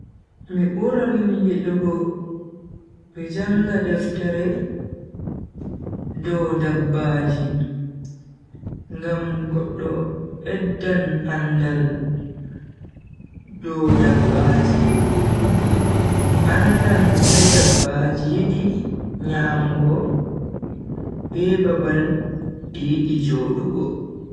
Mi buran yidugo mi janga deftere dow dabbaji. ngam goddo beddan andaal dow dabbaji, andan dume dabbaji yidi nyamugo be babal di yidi jodugo.